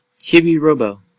Chibi-Robo